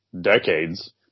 decades